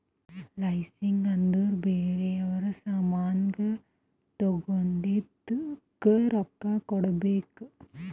leasing ಅಂದುರ್ ಬ್ಯಾರೆ ಅವ್ರ ಸಾಮಾನ್ ತಗೊಂಡಿದ್ದುಕ್ ರೊಕ್ಕಾ ಕೊಡ್ಬೇಕ್